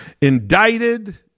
indicted